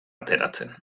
ateratzen